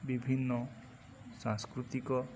ବିଭିନ୍ନ ସାଂସ୍କୃତିକ